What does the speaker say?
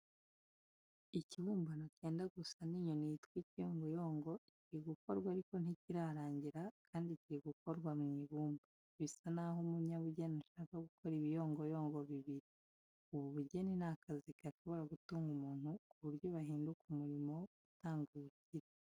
Ikibumbano cyenda gusa n'inyoni yitwa ikiyongoyongo kiri gukorwa ariko ntikirarangira kandi kiri gukorwa mu ibumba. Bisa naho umunyabugeni ashaka gukora ibiyongoyongo bibiri. Ubu bugeni ni akazi gashobora gutunga abantu ku buryo bahinduka umurimo utanga ubukire.